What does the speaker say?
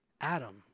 adam